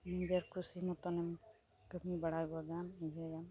ᱱᱤᱡᱮᱨ ᱠᱩᱥᱤ ᱢᱚᱛᱚᱱᱮᱢ ᱠᱟᱹᱢᱤ ᱵᱟᱲᱟᱭ ᱜᱚᱫᱟᱢ ᱤᱭᱟᱹᱭᱟᱢ